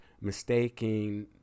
mistaking